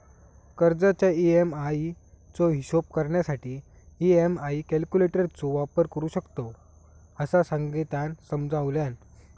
कर्जाच्या ई.एम्.आई चो हिशोब करण्यासाठी ई.एम्.आई कॅल्क्युलेटर चो वापर करू शकतव, असा संगीतानं समजावल्यान